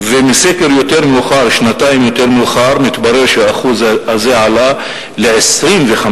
ובסקר שנתיים יותר מאוחר מתברר שהשיעור הזה עלה ל-25%,